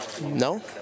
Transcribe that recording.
No